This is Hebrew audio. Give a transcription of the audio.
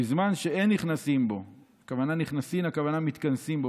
בזמן שאין נכנסין בו" הכוונה בנכנסין: מתכנסים בו,